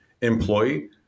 employee